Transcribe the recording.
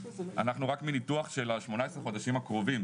מניתוח של 18 החודשים הקרובים,